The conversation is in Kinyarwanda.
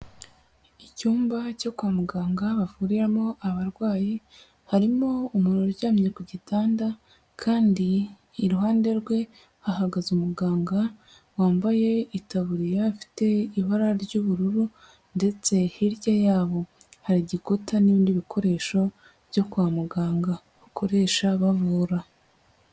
Icyumba cyo kwa muganga bavuriramo abarwayi, harimo umuntu uryamye ku gitanda, kandi iruhande rwe hahagaze umuganga, wambaye itaburiya ifite ibara ry'ubururu, ndetse hirya yabo hari igikuta n'ibindi bikoresho byo kwa muganga. Bakoresha bavura.